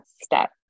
step